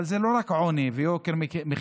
אבל זה לא רק עוני ויוקר מחיה.